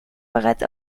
bereits